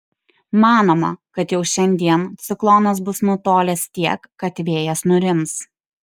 manoma kad jau šiandien ciklonas bus nutolęs tiek kad vėjas nurims